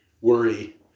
worry